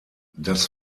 das